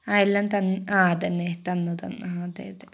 ആ എല്ലാം ആ അതന്നെ തന്നു തന്നു ആ അതെ അതെ